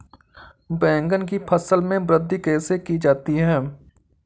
बैंगन की फसल में वृद्धि कैसे की जाती है?